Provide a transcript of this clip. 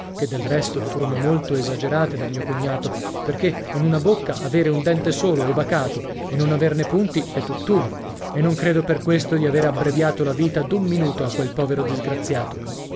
che del resto furono motto esagerate da mio cognato perché in una bocca avere un dente solo e bacato e non averne punti è tutt'uno e non credo per questo di avere abbreviato la vita d'un minuto a quel povero disgraziato